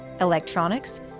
electronics